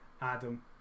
Adam